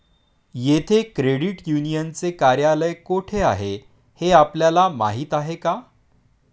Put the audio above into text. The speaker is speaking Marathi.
येथे क्रेडिट युनियनचे कार्यालय कोठे आहे हे आपल्याला माहित आहे का?